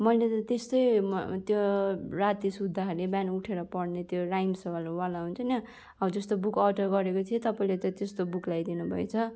मैले त त्यस्तै त्यो राति सुत्दाखेरि बिहान उठेर पढ्ने त्यो राइम्सहरू वाला हुँदैन हो त्यस्तो बुक अर्डर गरेको थिएँ तपाईँले त त्यस्तो बुक ल्याइदिनुभएछ